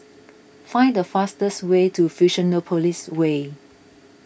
find the fastest way to Fusionopolis Way